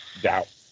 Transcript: doubt